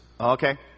Okay